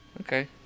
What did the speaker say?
Okay